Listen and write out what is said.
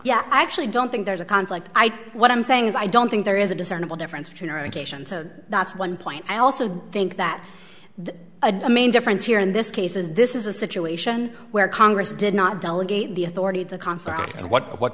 yeah i actually don't think there's a conflict what i'm saying is i don't think there is a discernible difference between our nations so that's one point i also think that the main difference here in this case is this is a situation where congress did not delegate the authority of the concert and what what